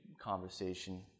conversation